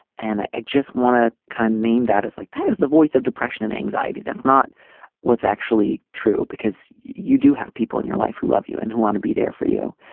and i just want to kind name that is like that is the voice of depression and anxiety. that's not what's actually true because you do have people in your life who love you and who want to be there for you.